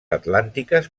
atlàntiques